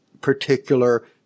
particular